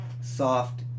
Soft